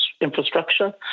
infrastructure